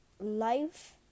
life